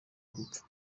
gupfa